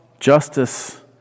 Justice